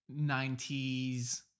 90s